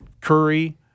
Curry